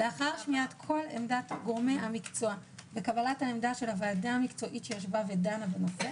לאחר שמיעת כל גורמי המקצוע וקבלת עמדת הוועדה המקצועית שדנה בנושא,